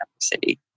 city